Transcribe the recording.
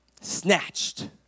Snatched